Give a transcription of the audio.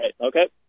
okay